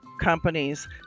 companies